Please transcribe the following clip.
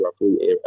roughly